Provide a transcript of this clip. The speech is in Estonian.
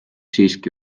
siiski